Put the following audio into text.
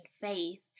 faith